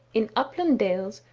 in upland-dales,